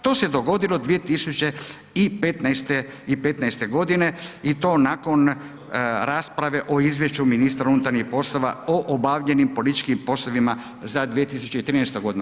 To se dogodilo 2015. godine i to nakon rasprave o izvješću ministra unutarnjih poslova o obavljenim policijskim poslovima za 2013. godinu.